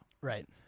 Right